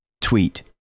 Tweet